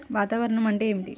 వాతావరణం అంటే ఏమిటి?